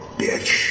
bitch